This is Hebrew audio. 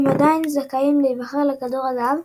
הם עדיין זכאים להיבחר לכדור הזהב,